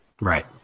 Right